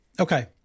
Okay